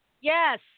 Yes